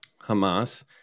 Hamas